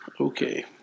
okay